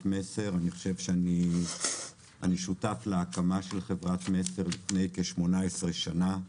מסר אלא אני חושב שאני שותף להקמת החברה לפני כ-18 שנים.